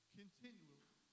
continually